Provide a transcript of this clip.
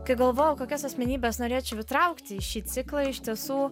kai galvojau kokias asmenybes norėčiau įtraukti į šį ciklą iš tiesų